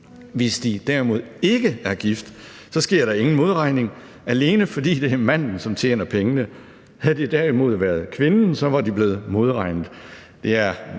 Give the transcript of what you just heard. Hvis de derimod ikke er gift, sker der ingen modregning, alene fordi det er manden, som tjener pengene. Havde det derimod været kvinden, var de blevet modregnet.